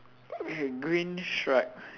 okay green stripe